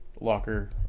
locker